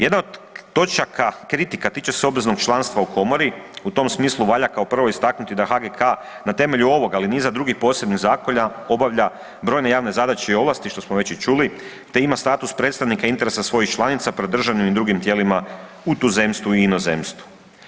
Jedna od točaka kritika tiče se obveznog članstva u komori, u tom smislu valja kao prvo istaknuti da HGK na temelju ovoga, ali i niza drugih posebnih zakona obavlja brojne javne zadaće i ovlasti, što smo već i čuli, te ima status predstavnika interesa svojih članica pri državnim i drugim tijelima u tuzemstvu i inozemstvu.